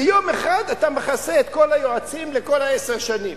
ביום אחד אתה מכסה את כל היועצים לכל עשר השנים.